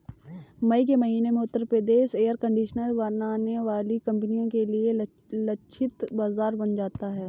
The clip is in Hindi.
मई के महीने में उत्तर प्रदेश एयर कंडीशनर बनाने वाली कंपनियों के लिए लक्षित बाजार बन जाता है